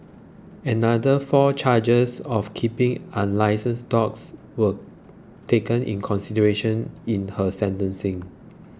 another four charges of keeping unlicensed dogs were taken in consideration in her sentencing